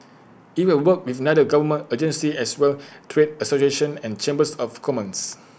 IT will work with other government agencies as well trade associations and chambers of commerce